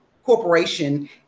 corporation